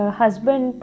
husband